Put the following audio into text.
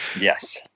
Yes